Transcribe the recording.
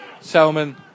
Selman